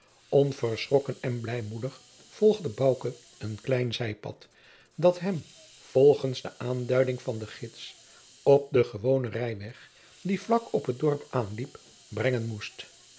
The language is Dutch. onverschrokken en blijmoedig volgde bouke een klein zijpad dat hem volgens de aanduiding van den gids op den gewonen rijweg die vlak op t dorp aanliep brengen moest